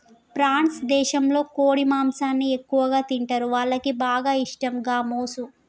France దేశంలో కోడి మాంసాన్ని ఎక్కువగా తింటరు, వాళ్లకి బాగా ఇష్టం గామోసు